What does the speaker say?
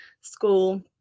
school